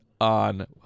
on